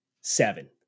seven